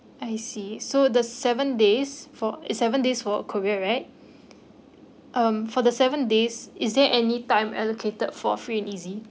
I see so the seven days for seven days for korea right um for the seven days is there any time allocated for free and easy